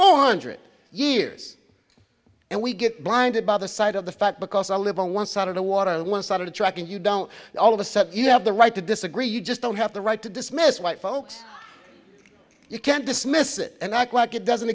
hundred years and we get blinded by the side of the fact because i live on one side of the water one side of the track and you don't all of a sudden you have the right to disagree you just don't have the right to dismiss white folks you can't dismiss it and act like it doesn't